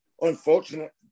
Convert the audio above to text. unfortunate